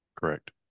correct